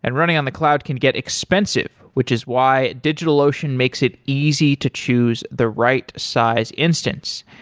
and running on the cloud can get expensive, which is why digitalocean makes it easy to choose the right size instance.